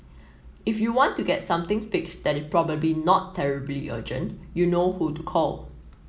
if you want to get something fixed that it probably not terribly urgent you know who to call